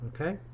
okay